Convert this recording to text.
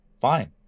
fine